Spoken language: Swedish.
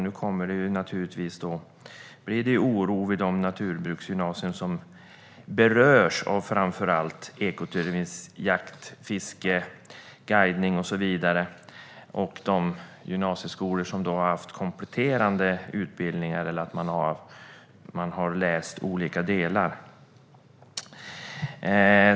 Då blir det naturligtvis oro vid de naturbruksgymnasier som berörs - det gäller framför allt ekoturism, jakt, fiske, guidning och så vidare - och vid de gymnasieskolor som har haft kompletterande utbildningar eller där man har läst olika delar.